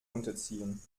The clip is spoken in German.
unterziehen